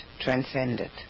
transcended